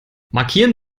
markieren